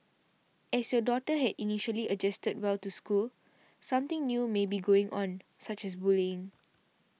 as your daughter had initially adjusted well to school something new may be going on such as bullying